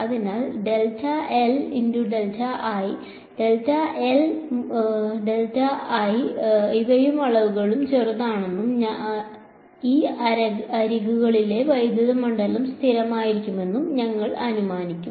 അതിനാൽ ഇവയും അളവുകളും ചെറുതാണെന്നും ഈ അരികുകളിൽ വൈദ്യുത മണ്ഡലം സ്ഥിരമായിരിക്കുമെന്നും ഞങ്ങൾ അനുമാനിക്കും